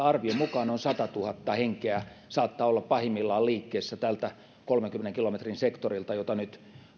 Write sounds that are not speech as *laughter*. *unintelligible* arvion mukaan noin satatuhatta henkeä saattaa olla pahimmillaan liikkeessä tältä kolmenkymmenen kilometrin sektorilta jota nyt